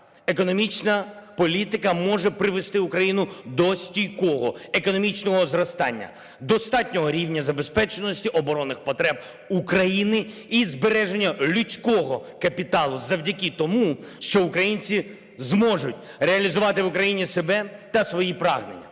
економічна політика може привести Україну до стійкого економічного зростання, достатнього рівня забезпеченості оборонних потреб України і збереження людського капіталу завдяки тому, що українці зможуть реалізувати в Україні себе та свої прагнення.